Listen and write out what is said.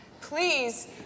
Please